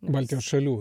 baltijos šalių